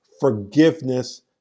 forgiveness